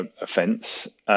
offence